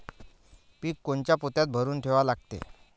पीक कोनच्या पोत्यात भरून ठेवा लागते?